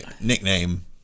nickname